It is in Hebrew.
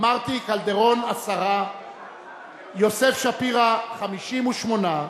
אמרתי: יוסף שפירא, 58,